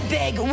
big